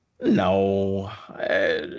No